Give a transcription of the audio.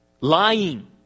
Lying